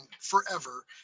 forever